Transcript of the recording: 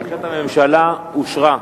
בקשת הממשלה אושרה.